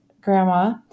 grandma